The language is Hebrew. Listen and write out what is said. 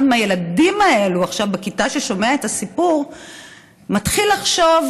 מהילדים האלה בכיתה ששומע עכשיו את הסיפור מתחיל לחשוב